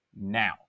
now